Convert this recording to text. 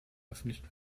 öffentlichen